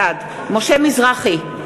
בעד משה מזרחי,